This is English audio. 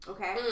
Okay